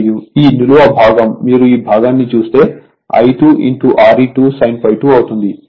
మరియు ఈ నిలువు భాగం మీరు ఈ భాగాన్ని చూస్తే I2Re2sin ∅2 అవుతుంది